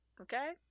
okay